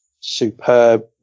superb